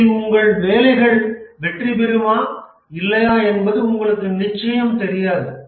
இதில் உங்கள் வேலைகள் வெற்றிபெறுமா இல்லையா என்பது உங்களுக்குத் நிச்சியம் தெரியாது